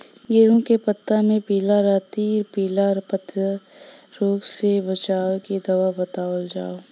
गेहूँ के पता मे पिला रातपिला पतारोग से बचें के दवा बतावल जाव?